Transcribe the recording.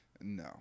No